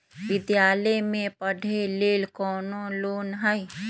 विद्यालय में पढ़े लेल कौनो लोन हई?